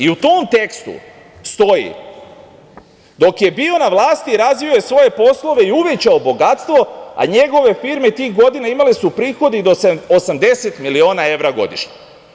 U tom tekstu stoji: „Dok je bio na vlasti, razvio je svoje poslove i uvećao bogatstvo, a njegove firme tih godina imali su prihode i do 80 miliona evra godišnje“